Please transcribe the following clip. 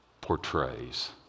portrays